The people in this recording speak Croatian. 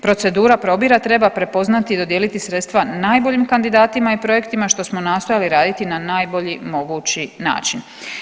Procedura probira treba prepoznati i dodijeliti sredstva najboljim kandidatima i projektima što smo nastojali raditi na najbolji mogući način.